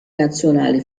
nazionale